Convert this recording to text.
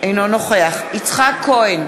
אינו נוכח יצחק כהן,